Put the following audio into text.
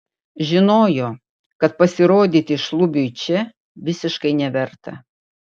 žinojo kad pasirodyti šlubiui čia visiškai neverta